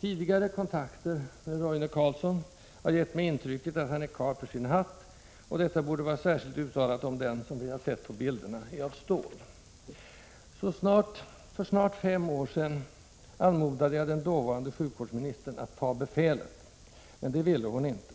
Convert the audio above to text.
Tidigare kontakter med Roine Carlsson har gett mig intrycket att han är karl för sin hatt. Och detta borde vara särskilt uttalat om den — som vi sett på bilderna — är av stål. För snart fem år sedan anmodade jag den dåvarande sjukvårdsministern att ”ta befälet” , men det ville hon inte.